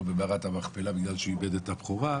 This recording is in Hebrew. במערת המכפלה בגלל שהוא איבד את הבכורה,